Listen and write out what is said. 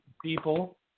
People